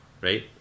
right